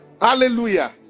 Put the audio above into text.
Hallelujah